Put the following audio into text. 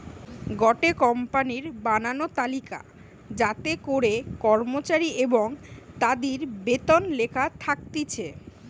গটে কোম্পানির বানানো তালিকা যাতে করে কর্মচারী এবং তাদির বেতন লেখা থাকতিছে